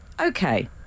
okay